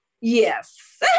Yes